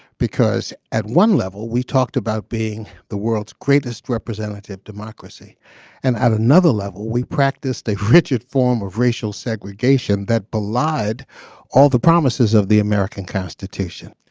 because at one level we talked about being the world's greatest representative democracy and at another level we practice the rigid form of racial segregation that belied all the promises of the american constitution